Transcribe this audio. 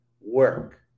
work